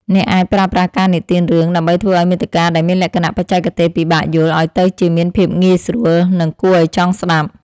អ្នកអាចប្រើប្រាស់ការនិទានរឿងដើម្បីធ្វើឱ្យមាតិកាដែលមានលក្ខណៈបច្ចេកទេសពិបាកយល់ឱ្យទៅជាមានភាពងាយស្រួល និងគួរឱ្យចង់ស្តាប់។